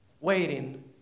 waiting